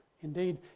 Indeed